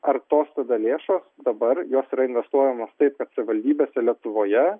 ar tos tada lėšos dabar jos yra investuojamos taip kad savivaldybėse lietuvoje